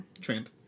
Tramp